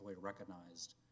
recognized